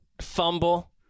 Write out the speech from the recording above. fumble